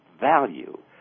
value